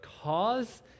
Cause